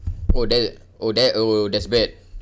oh that oh that oh that's bad